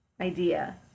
idea